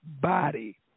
body